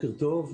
בוקר טוב.